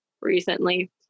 recently